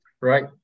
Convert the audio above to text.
Right